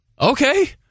Okay